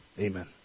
Amen